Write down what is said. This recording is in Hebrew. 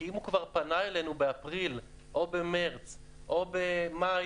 כי אם הוא כבר פנה אלינו באפריל או במרס או במאי,